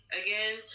again